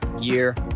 year